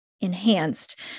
enhanced